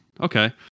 Okay